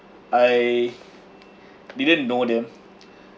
I didn't know them